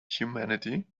humanity